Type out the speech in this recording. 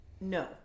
no